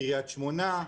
קריית שמונה,